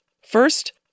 First